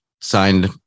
signed